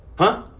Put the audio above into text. huh?